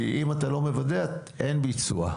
כי אם אתה לא מוודא אז אין ביצוע.